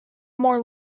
more